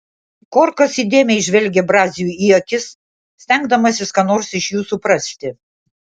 korkas įdėmiai žvelgė braziui į akis stengdamasis ką nors iš jų suprasti